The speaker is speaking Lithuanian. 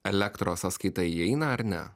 elektros sąskaita eina ar ne